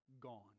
gone